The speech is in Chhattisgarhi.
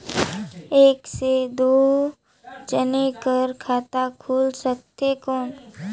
एक से दो जने कर खाता खुल सकथे कौन?